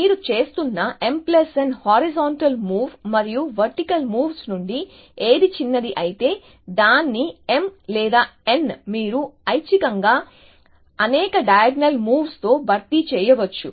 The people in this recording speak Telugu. మీరు చేస్తున్న mn హారిజాంటల్ మూవ్ మరియు వర్టికల్ మూవ్స్ నుండి ఏది చిన్నది అయితే దాన్ని m లేదా n మీరు ఐచ్ఛికంగా అనేక డైయగ్నల్ మూవ్స్ తో భర్తీ చేయవచ్చు